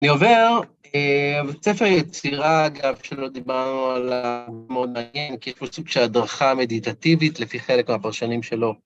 אני עובר, ספר יצירה אגב, שלא דיברנו עליו, מאוד נעים, כי יש לו סוג של הדרכה מדיטטיבית, לפי חלק מהפרשנים שלו.